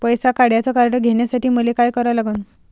पैसा काढ्याचं कार्ड घेण्यासाठी मले काय करा लागन?